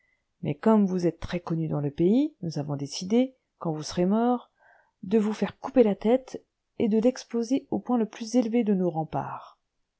mais comme vous êtes très connu dans le pays nous avons décidé quand vous serez mort de vous faire couper la tête et de l'exposer au point le plus élevé de nos remparts